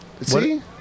See